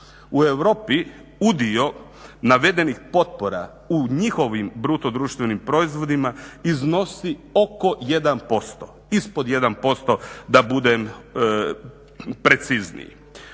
U Europi udio navedenih potpora u njihovim bruto društvenim proizvodima iznosi oko 1%, ispod 1% da budem precizniji.